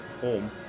home